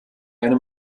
einem